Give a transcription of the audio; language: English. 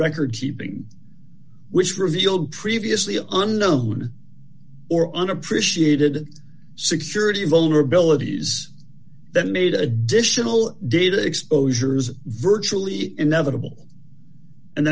record keeping which revealed previously unknown or unappreciated security vulnerabilities that made additional data exposures virtually inevitable and